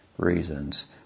Reasons